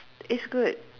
it's good